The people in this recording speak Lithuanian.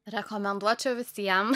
rekomenduočiau visiem